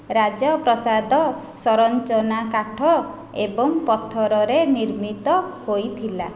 ରାଜପ୍ରାସାଦ ସଂରଚନାକାଠ ଏବଂ ପଥରରେ ନିର୍ମିତ ହୋଇଥିଲା